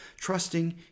trusting